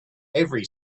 every